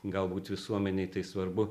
galbūt visuomenei tai svarbu